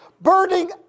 Burning